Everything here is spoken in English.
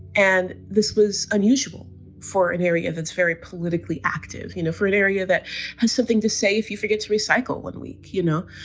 and this was unusual for an area of it's very politically active, you know, for an area that had something to say. if you forget to recycle one week, you know,